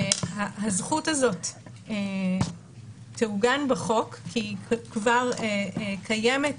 הזכות הזאת תעוגן בחוק כי כבר קיימות